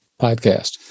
Podcast